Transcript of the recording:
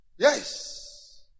Yes